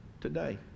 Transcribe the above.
today